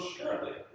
surely